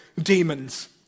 demons